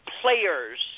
players